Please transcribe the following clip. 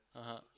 (uh huh)